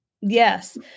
Yes